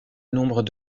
nombre